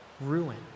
ruin